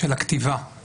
של הכתיבה.